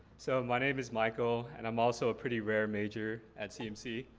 so my name is michael, and i'm also a pretty rare major at cmc.